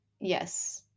Yes